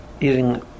eating